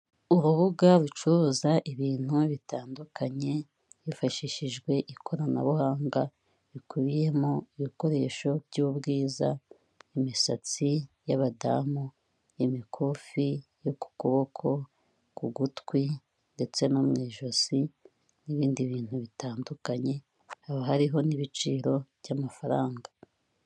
Urubuga rucuruza ibintu bitandukanye hifashishijwe ikoranabuhanga, bikubiyemo ibikoresho by'ubwiza, imisatsi y'abadamu, imikufi yo ku kuboko, ku gutwi ndetse no mu ijosi n'ibindi bintu bitandukanye, haba hariho n'ibiciro by'amafaranga.